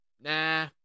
nah